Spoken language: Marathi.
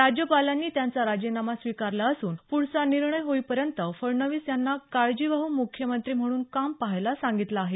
राज्यपालांनी त्यांचा राजीनामा स्वीकारला असून पुढचा निर्णय होईपर्यंत फडणवीस यांना काळजीवाहू मुख्यमंत्री म्हणून काम पहायला सांगितलं आहे